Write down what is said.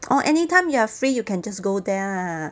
orh anytime you are free you can just go there lah